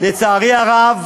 לצערי הרב,